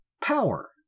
power